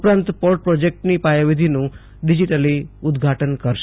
ઉપરાંત પોર્ટ પ્રોજેકટની પાયાવિધીનું ડિજિટલ ઉદઘાટન કરશે